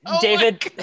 David